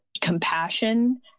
compassion